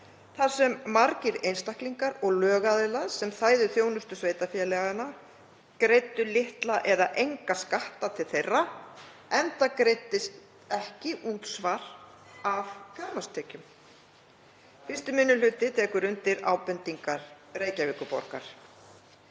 þar sem margir einstaklingar og lögaðilar sem þæðu þjónustu sveitarfélaga greiddu litla eða enga skatta til þeirra enda greiddist ekki útsvar af fjármagnstekjum. 1. minni hluti tekur undir ábendingar Reykjavíkurborgar.“